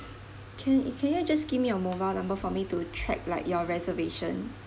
can can you just give me your mobile number for me to check like your reservation